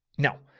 now,